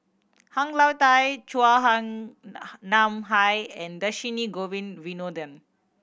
Han Lao Da Chua Ham Nam Hai and Dhershini Govin Winodan